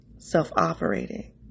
self-operating